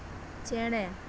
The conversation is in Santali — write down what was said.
ᱪᱮᱬᱮ